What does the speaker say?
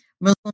Muslim